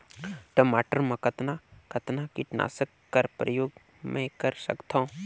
टमाटर म कतना कतना कीटनाशक कर प्रयोग मै कर सकथव?